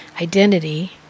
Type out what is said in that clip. identity